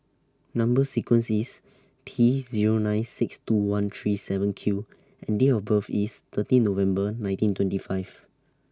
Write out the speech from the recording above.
Number sequence IS T Zero nine six two one three seven Q and Date of birth IS thirteen November nineteen twenty five